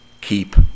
Keep